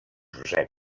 josep